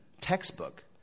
textbook